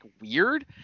weird